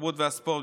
התרבות והספורט,